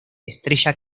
estrella